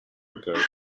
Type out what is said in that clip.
repair